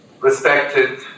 respected